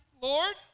Lord